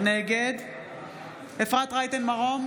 נגד אפרת רייטן מרום,